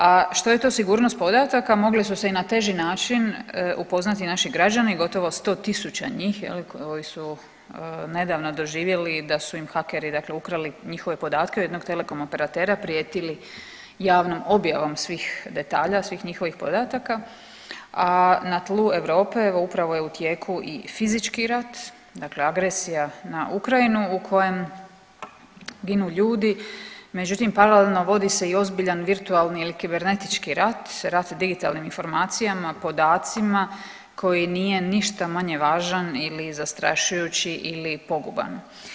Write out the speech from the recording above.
A što je to sigurnost podataka mogli su se i na teži način upoznati naši građani gotovo 100.000 njih koji su nedavno doživjeli da su im hakeri ukrali njihove podatke od jednog telekom operatera, prijetili javnom objavom svih detalja, svih njihovih podataka, a na tlu Europe upravo je u tijeku i fizički rat, dakle agresija na Ukrajinu u kojem ginu ljudi, međutim paralelno vodi se i ozbiljan virtualni ili kibernetički rat, rat digitalnim informacijama, podacima koji nije ništa manje važan ili zastrašujući ili poguban.